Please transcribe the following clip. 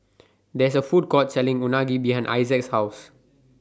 There IS A Food Court Selling Unagi behind Issac's House